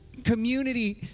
community